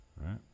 right